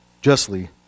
justly